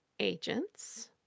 Agents